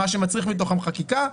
אלה שמצריכות חקיקה,